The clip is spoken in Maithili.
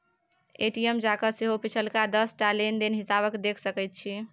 ए.टी.एम जाकए सेहो पिछलका दस टा लेन देनक हिसाब देखि सकैत छी